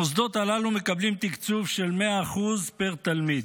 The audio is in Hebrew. המוסדות הללו מקבלים תקצוב של 100% פר תלמיד.